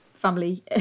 family